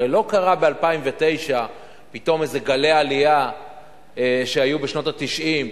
הרי לא היו ב-2009 פתאום איזה גלי עלייה כמו שהיו בשנות ה-90,